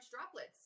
droplets